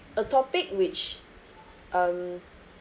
a topic which um